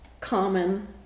common